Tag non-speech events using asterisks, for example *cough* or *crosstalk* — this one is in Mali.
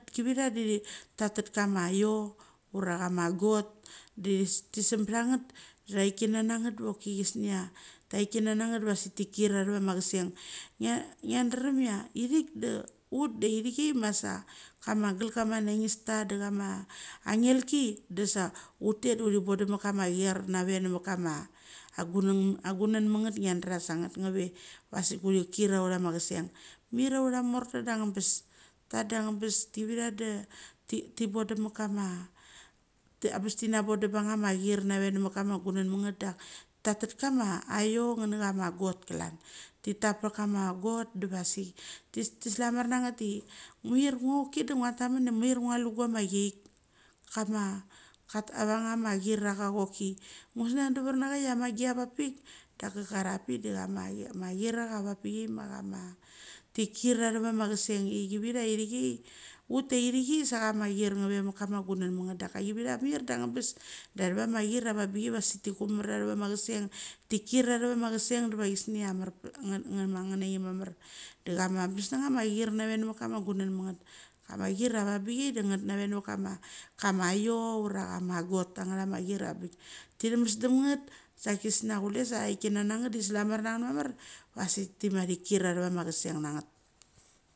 Kivicha de tatith kama aicho ura ama got deva koki chesna thi kir avama kiseng *hesitation* ngadrem chia ithrik da ut de ithri chia masa kama agal kama nanista da chama anelki de da utet duchi bodem mit kama kin nave nave kama *hesitation* agungn mit nget ngarda sa nget neve vasik uchri kir aura ma kiseng. Mir aura morta da angebes ta da angebes. *unintelligible* da *hesitation* thi bodem mit kama *hesitation* abes tina bodem mencham kir nave nemit kama gungumit ngetda tathik kama aicho ngechama agot klan. Thi tap po kama got de vasik *hesitation* tislamar nanget de, mir ngokoki de nucha tamen de mir nualu guama authiak, kama kat avama kieachia koki ngu sneng dera chia ma achia vakpik da. chakar chia avakpik da kama. *hesitation* kirchia vapikchia chama thikir avama kiseng chichia. Uta chichai sa chama kir ngeve mit kama gungnmit nget. Daka kivichia mir da angebed, da athvama, kir avangbik chia vasik thi komar athvama kiseng. Thi kir thvama. Kiseng va *unintelligible* *hesitation* nge na chem mamar, ola chama abes nachama kir nave namit kama gungn mit nget *unintelligible* kir avangbi chai da nget nave mit kama, kama aicho ura chama got angrama kir. *unintelligible* Tichemesdem nget sa chesena chule sa thikinangnet de thi slamar nanget mamar vasik thima kir achuma kiseng na nget.